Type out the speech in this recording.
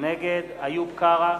נגד איוב קרא,